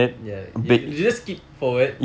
ya you just skip forward